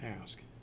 ask